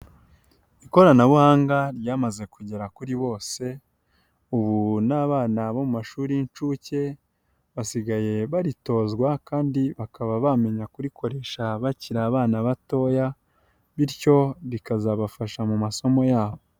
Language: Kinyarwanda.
Ikoranabuhanga ryamaze kugera kuri bose, ubu n'abana bo mushuri y'inshuke basigaye baritozwa kandi bakaba bamenya kurikoresha bakiri abana batoya, bityo bikazabafasha mu masomo yabo.